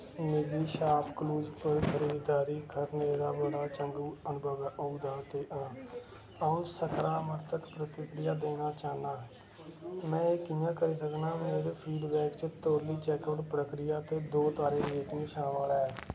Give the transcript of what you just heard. मिगी शापक्लूज पर खरीदारी करने दा बड़ा चंगा अनुभव होआ ते अ'ऊं सकारात्मक प्रतिक्रिया देना चाह्न्नां मैं एह् कि'यां करी सकनां मेरे फीडबैक च तौली चेकआउट प्रक्रिया ते दो तारें दी रेटिंग शामल ऐ